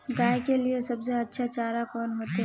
गाय के लिए सबसे अच्छा चारा कौन होते?